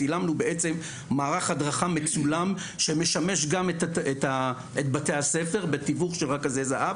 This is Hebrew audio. צילמנו בעצם מערך הדרכה מצולם שמשמש גם את בתי הספר בתיווך של רכזי זהב.